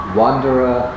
wanderer